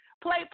play